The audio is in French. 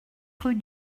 rue